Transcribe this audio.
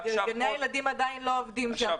גני הילדים עדיין לא עובדים שם,